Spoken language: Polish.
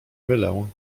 mylę